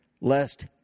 lest